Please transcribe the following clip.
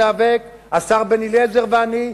השר בן-אליעזר ואני,